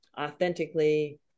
authentically